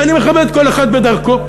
ואני מכבד כל אחד בדרכו.